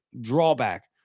drawback